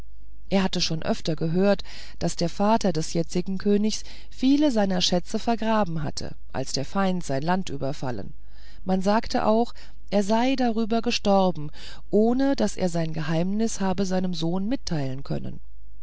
er hatte schon oft gehört daß der vater des jetzigen königs viele seiner schätze vergraben habe als der feind sein land überfallen man sagte auch er sei darüber gestorben ohne daß er sein geheimnis habe seinem sohn mitteilen können